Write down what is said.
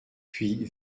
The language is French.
puis